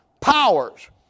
powers